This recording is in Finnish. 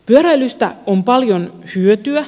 pyöräilystä on paljon hyötyä